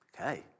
Okay